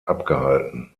abgehalten